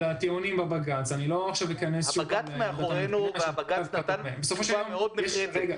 הבג"ץ בחן את האפשרויות שניתנה בעמדת המדינה.